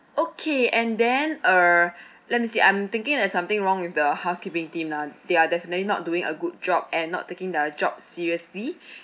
okay and then uh let me see I'm thinking there's something wrong with the housekeeping team lah they are definitely not doing a good job and not taking their job seriously